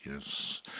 yes